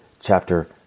chapter